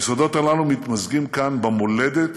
היסודות הללו מתמזגים כאן במולדת,